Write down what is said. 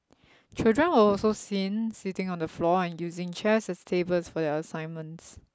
children were also seen sitting on the floor and using chairs as tables for their assignments